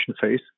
phase